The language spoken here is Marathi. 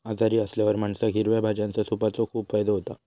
आजारी असल्यावर माणसाक हिरव्या भाज्यांच्या सूपाचो खूप फायदो होता